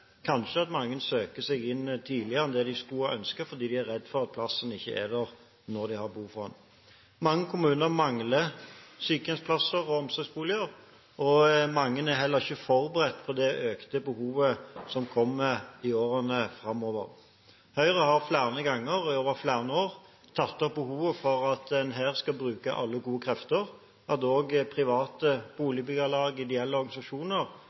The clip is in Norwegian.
at mange kanskje søker seg inn tidligere enn det de skulle ønske, fordi de er redde for at plassen ikke er der når de har behov for den. Mange kommuner mangler sykehjemsplasser og omsorgsboliger, og mange er heller ikke forberedt på det økte behovet som kommer i årene framover. Høyre har flere ganger over flere år tatt opp behovet for at en her skal bruke alle gode krefter, også private boligbyggelag eller ideelle organisasjoner,